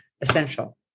essential